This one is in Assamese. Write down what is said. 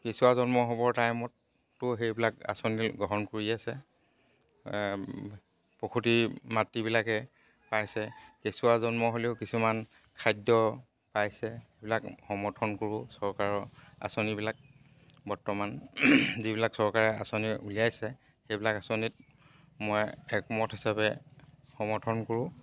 কেঁচুৱা জন্ম হ'বৰ টাইমততো সেইবিলাক আঁচনি গ্ৰহণ কৰি আছে প্ৰসূতি মাতৃবিলাকে পাইছে কেঁচুৱা জন্ম হ'লেও কিছুমান খাদ্য পাইছে সেইবিলাক সমৰ্থন কৰোঁ চৰকাৰৰ আঁচনিবিলাক বৰ্তমান যিবিলাক চৰকাৰে আঁচনি উলিয়াইছে সেইবিলাক আঁচনি মই একমত হিচাপে সমৰ্থন কৰোঁ